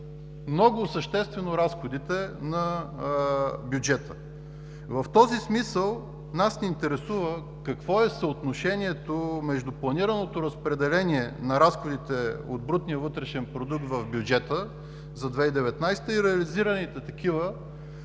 много съществено разходите на бюджета. В този смисъл нас ни интересува какво е съотношението между планираното разпределение на разходите от брутния вътрешен продукт в бюджета за 2019 г. и реализираните такива